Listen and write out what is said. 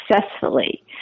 successfully